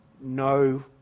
no